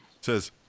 Says